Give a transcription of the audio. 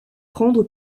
prendre